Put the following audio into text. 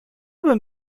bym